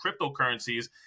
cryptocurrencies